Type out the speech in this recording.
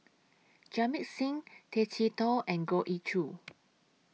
Jamit Singh Tay Chee Toh and Goh Ee Choo